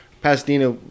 Pasadena